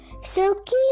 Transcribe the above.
Silky